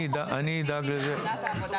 זה פחות אפקטיבי מבחינת העבודה שלנו.